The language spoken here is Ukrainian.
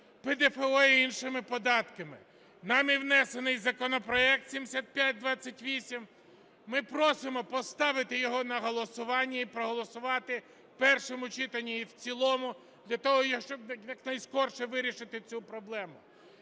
ПДФО і іншими податками. Нами внесений законопроект 7528, ми просимо поставити його на голосування і проголосувати в першому читанні і в цілому для того, щоб якнайскоріше вирішити цю проблему.